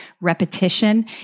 repetition